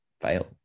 fail